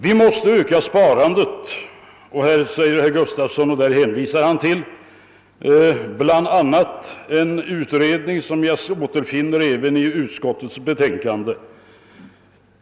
Vi måste öka sparandet, och därvidlag hänvisar herr Gustafson i Göteborg till bl.a. en utredning, som nämns även i bankoutskottets utlåtande nr 19.